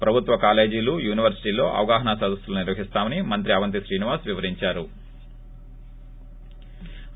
ప్రభుత్వ కాలేజీలు యూనివర్సిటీల్లో అవగాహన సదస్సులు నిర్వహిస్తామని మంత్రి అవంతి శ్రీనివాస్ వివరించారు